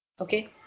okay